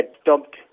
stopped